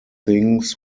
things